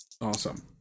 Awesome